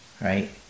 Right